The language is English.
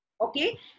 Okay